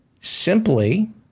simply